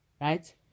right